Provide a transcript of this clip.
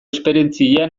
esperientzia